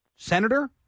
Senator